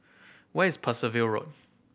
where is Percival Road